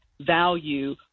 value